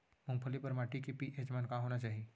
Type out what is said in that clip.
मूंगफली बर माटी के पी.एच मान का होना चाही?